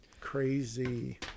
Crazy